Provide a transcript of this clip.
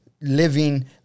living